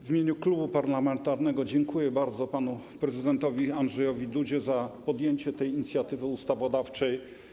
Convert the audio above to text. W imieniu klubu parlamentarnego dziękuję bardzo panu prezydentowi Andrzejowi Dudzie za podjęcie tej inicjatywy ustawodawczej.